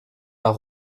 pas